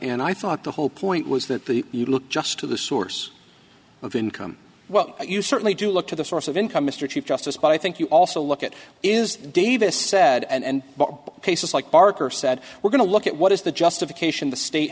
and i thought the whole point was that the you look just to the source of income well you certainly do look to the source of income mr chief justice but i think you also look at is davis said and cases like parker said we're going to look at what is the justification the state